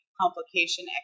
complication